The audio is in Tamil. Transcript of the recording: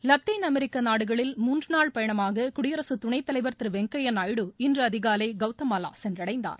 லத்தீன் அமெரிக்க நாடுகளில் மூன்று நாள் பயணமாக குடியரசு துணைத்தலைவர் திரு வெங்கய்ய நாயுடு இன்று அதிகாலை கவுதமாலா போய் சேர்ந்தார்